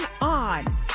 on